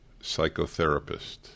psychotherapist